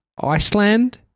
Iceland